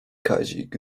kazik